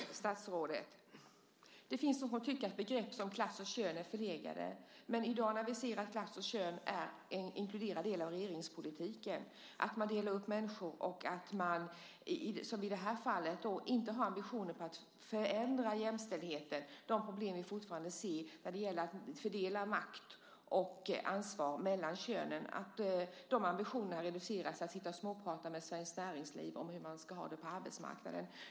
Herr talman! Statsrådet! Det finns de som tycker att begrepp som klass och kön är förlegade, men i dag ser vi att klass och kön är en inkluderad del av regeringspolitiken. Man delar upp människor. Och man har inte ambitioner, som i det här fallet, när det gäller att förbättra jämställdheten. Vi ser fortfarande problem när det gäller att fördela makt och ansvar mellan könen. De ambitionerna reduceras till att sitta och småprata med Svenskt Näringsliv om hur man ska ha det på arbetsmarknaden.